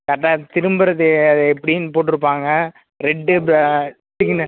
கரெக்டாக திரும்புவது அது எப்படின்னு போட்டிருப்பாங்க ரெட்டு ப்ப சிக்னல்